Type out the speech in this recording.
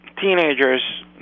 teenagers